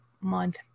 month